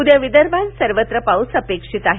उद्या विदर्भात सर्वत्र पाऊस अपेक्षित आहे